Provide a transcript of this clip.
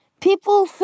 People